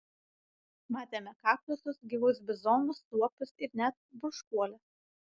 matėme kaktusus gyvus bizonus suopius ir net barškuoles